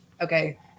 Okay